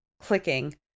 clicking